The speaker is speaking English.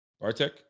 Bartek